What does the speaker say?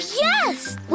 yes